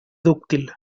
dúctil